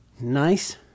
nice